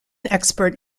expert